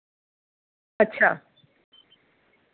अच्छा